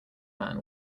man